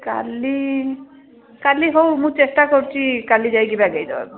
କାଲି କାଲି ହଉ ମୁଁ ଚେଷ୍ଟା କରୁଛି କାଲି ଯାଇକି ବାଗେଇଦବାକୁ